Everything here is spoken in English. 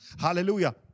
hallelujah